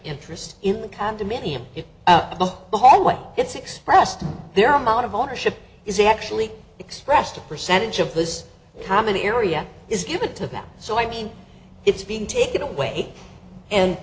interest in the condominium in the hallway gets expressed their amount of ownership is actually expressed a percentage of this common area is given to them so i mean it's being taken away and